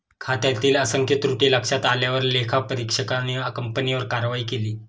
खात्यातील असंख्य त्रुटी लक्षात आल्यावर लेखापरीक्षकाने कंपनीवर कारवाई केली